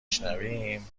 شنویم